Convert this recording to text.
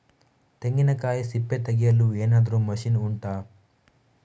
ತೆಂಗಿನಕಾಯಿ ಸಿಪ್ಪೆ ತೆಗೆಯಲು ಏನಾದ್ರೂ ಮಷೀನ್ ಉಂಟಾ